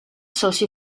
soci